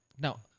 Now